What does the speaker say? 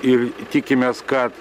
ir tikimės kad